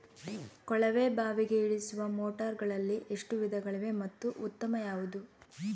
ಕೊಳವೆ ಬಾವಿಗೆ ಇಳಿಸುವ ಮೋಟಾರುಗಳಲ್ಲಿ ಎಷ್ಟು ವಿಧಗಳಿವೆ ಮತ್ತು ಉತ್ತಮ ಯಾವುದು?